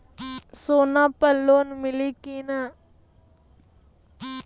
सोना पर लोन मिली की ना?